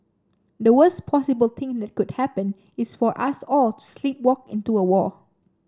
the worst possible thing that could happen is for us all to sleepwalk into a war